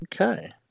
Okay